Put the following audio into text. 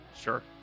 Sure